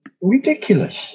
ridiculous